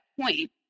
point